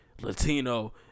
Latino